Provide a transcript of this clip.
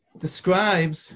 describes